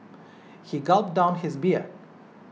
he gulped down his beer